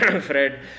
Fred